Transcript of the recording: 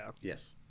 Yes